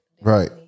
Right